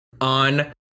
on